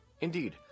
Indeed